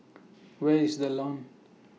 Where IS The Lawn